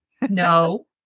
no